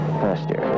faster